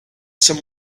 some